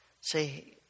say